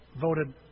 voted